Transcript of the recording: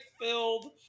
filled